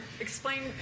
explain